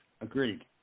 agreed